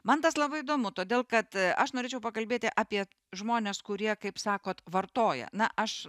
man tas labai įdomu todėl kad aš norėčiau pakalbėti apie žmones kurie kaip sakot vartoja na aš